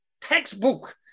textbook